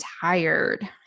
tired